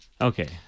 Okay